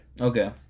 Okay